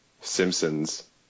Simpsons